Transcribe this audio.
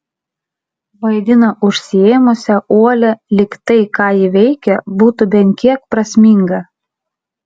vaidina užsiėmusią uolią lyg tai ką ji veikia būtų bent kiek prasminga